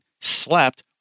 slept